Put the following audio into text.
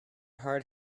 hard